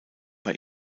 bei